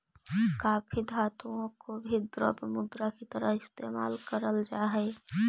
काफी धातुओं को भी द्रव्य मुद्रा की तरह इस्तेमाल करल जा हई